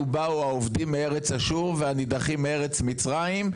"ובאו האובדים מארץ אשור והנדחים מארץ מצרים",